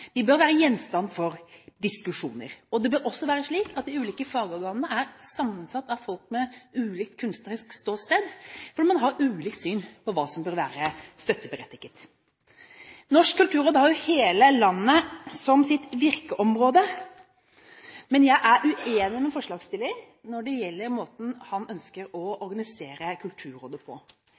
bør være gjenstand for diskusjoner. Det bør også være slik at de ulike fagorganene er sammensatt av folk med ulikt kunstnerisk ståsted, fordi man har ulikt syn på hva som bør være støtteberettiget. Norsk kulturråd har hele landet som sitt virkeområde. Men jeg er uenig med forslagsstillerne når det gjelder måten de ønsker å organisere Kulturrådet på.